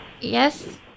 Yes